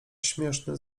śmieszny